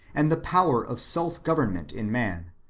and the power of self-government in man,